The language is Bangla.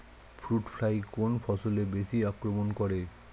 ফ্রুট ফ্লাই কোন ফসলে বেশি আক্রমন করে?